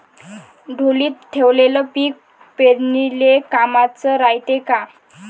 ढोलीत ठेवलेलं पीक पेरनीले कामाचं रायते का?